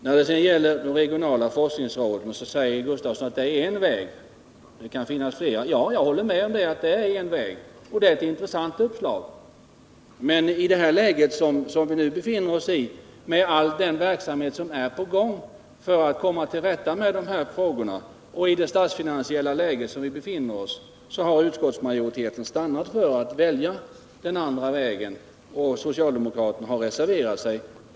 När det sedan gäller de regionala forskningsråden säger Lars Gustafsson att det är en väg och att det kan finnas flera. Jag håller med om det, och det är ett intressant uppslag, men med all den verksamhet som är på gång för att komma till rätta med de här frågorna och i det statsfinansiella läge som vi befinner oss i har utskottsmajoriteten stannat för att välja den andra vägen, och socialdemokraterna har reserverat sig.